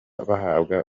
bahabwa